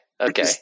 okay